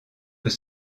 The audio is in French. peut